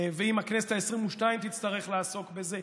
ואם הכנסת העשרים-שתיים תצטרך לעסוק בזה,